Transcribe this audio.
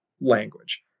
language